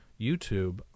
YouTube